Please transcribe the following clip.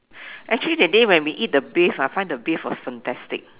actually that day when we eat the beef ah I find the beef was fantastic